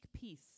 peace